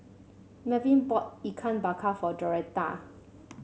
Melvin bought Ikan Bakar for Joretta